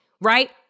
right